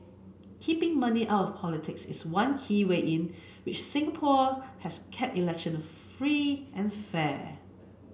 keeping money out politics is one key way in which Singapore has kept election free and fair